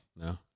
No